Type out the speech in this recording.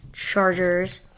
Chargers